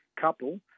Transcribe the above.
couple